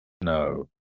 No